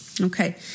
Okay